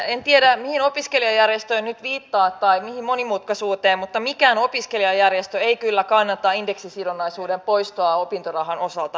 en tiedä mihin opiskelijajärjestöön nyt viittaatte tai mihin monimutkaisuuteen mutta mikään opiskelijajärjestö ei kyllä kannata indeksisidonnaisuuden poistoa opintorahan osalta